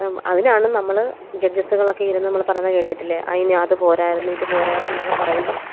അതിനാണ് നമ്മൾ ജഡ്ജസ്സ്കളക്കെയിരുന്ന് നമ്മൾ പറയുന്ന കേട്ടിട്ടില്ലെ അതിനത് പോരായിരുന്നു ഇത് പോരായിരുന്നൂന്നക്കെ പറയുമ്പം